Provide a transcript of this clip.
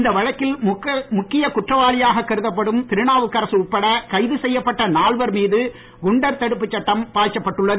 இந்த வழக்கில் முக்கிய குற்றவாளியாக கருதப்படும் திருநாவுக்கரசு உட்பட கைது செய்யப்பட்ட நால்வர் மீது குண்டர் சட்டம் பாய்ச்சப்பட்டுள்ளது